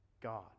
God